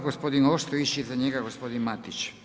Gospodin Ostojić, iza njega gospodin Matić.